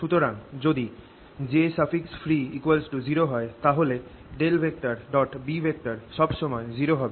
সুতরাং যদি jfree 0 হয় তাহলে B সব সময়ে 0 হবে